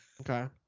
Okay